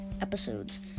episodes